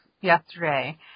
yesterday